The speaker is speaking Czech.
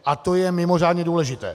A to je mimořádně důležité.